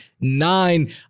nine